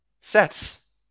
sets